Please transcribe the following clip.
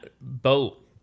boat